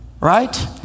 right